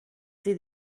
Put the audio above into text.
see